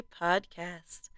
Podcast